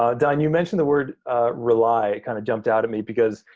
um don, you mentioned the word rely, kind of jumped out at me because,